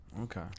Okay